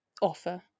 Offer